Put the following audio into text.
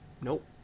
Nope